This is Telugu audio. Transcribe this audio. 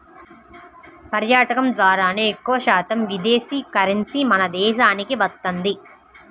పర్యాటకం ద్వారానే ఎక్కువశాతం విదేశీ కరెన్సీ మన దేశానికి వత్తది